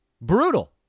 Brutal